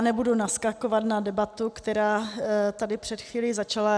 Nebudu naskakovat na debatu, která tady před chvílí začala.